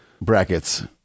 brackets